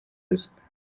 ruswa